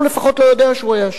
הוא, לפחות, לא יודע שהוא היה שם.